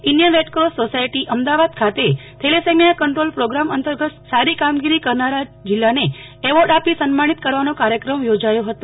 Indian red cross society Ahmedabad ખાતે thalassaemia control programme અંતર્ગત સારી કામગીરી કરનારા જિલ્લાને એવોર્ડ આપી સન્માનિત કરવાનો કાર્યક્રમ યોજાયો હતો